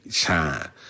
time